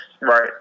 Right